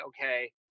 okay